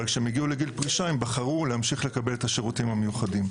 אבל כשהם הגיעו לגיל פרישה הם בחרו להמשיך לקבל את השירותים המיוחדים.